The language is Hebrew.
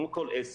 כמו כל עסק.